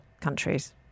countries